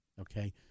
Okay